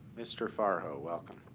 mr. farrell, welcome.